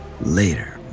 Later